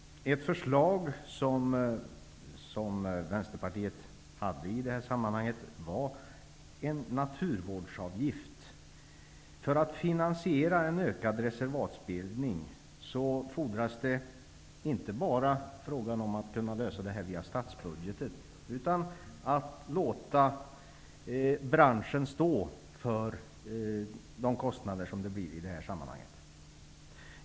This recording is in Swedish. Ett förslag som Vänsterpartiet hade i det här sammanhanget gäller en naturvårdsavgift. För att finansiera en ökad reservatsbildning fordras inte bara att man kan lösa det här via statsbudgeten utan också att man låter branschen stå för de kostnader som uppstår i det här sammanhanget.